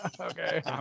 Okay